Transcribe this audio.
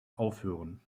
aufhören